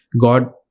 God